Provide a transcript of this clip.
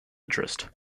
interest